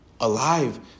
alive